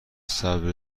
صبر